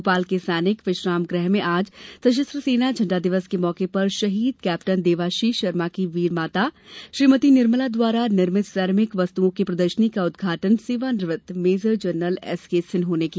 भोपाल के सैनिक विश्रामगृह में आज सशस्त्र सेना झंडा दिवस के मौके पर शहीद कैप्टन देवाशीष शर्मा की वीर माता श्रीमती निर्मला द्वारा निर्मित सेरेमिक वस्तुओं की प्रदर्शनी का उदघाटन सेवा निवृत्त मेजर जनरल एसके सिन्हों ने किया